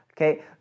Okay